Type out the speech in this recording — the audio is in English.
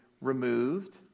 removed